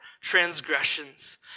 transgressions